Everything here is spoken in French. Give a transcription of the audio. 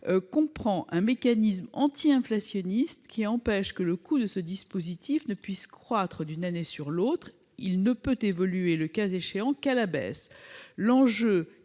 prévoit un mécanisme anti-inflationniste, qui empêche le coût du dispositif de croître d'une année sur l'autre- il ne peut évoluer, le cas échéant, qu'à la baisse -, l'enjeu